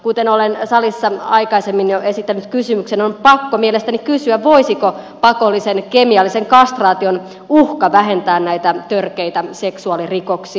kuten olen salissa aikaisemmin jo esittänyt kysymyksen on pakko mielestäni kysyä voisiko pakollisen kemiallisen kastraation uhka vähentää näitä törkeitä seksuaalirikoksia